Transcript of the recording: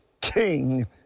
King